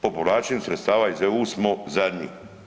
Po povlačenju sredstava iz EU smo zadnji.